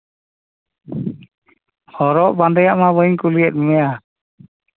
ᱦᱚᱨᱚᱜ ᱵᱟᱸᱫᱮᱭᱟᱜ ᱢᱟ ᱵᱟᱹᱧ ᱠᱩᱞᱤᱭᱮᱫ ᱢᱮᱭᱟ